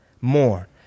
more